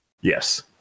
yes